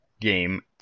game